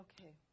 okay